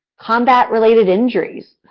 combat-related injuries.